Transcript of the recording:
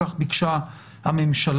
כך ביקשה הממשלה.